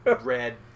red